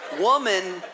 Woman